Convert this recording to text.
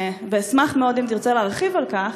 ואשמח מאוד אם תרצה להרחיב על כך.